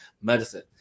medicine